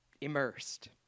Immersed